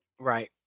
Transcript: Right